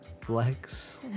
flex